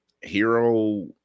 hero